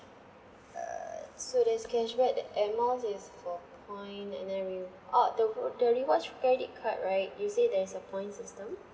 ugh so there's a cashback the air miles is for point and then rew~ oh the wa~ the rewards credit card right you say there is a point system